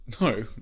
No